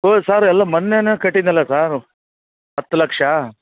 ಹ್ಞೂ ಸರ್ ಎಲ್ಲಾ ಮೊನ್ನೆನೇ ಕಟ್ಟಿದ್ದನಲ್ಲ ಸರ್ ಹತ್ತು ಲಕ್ಷ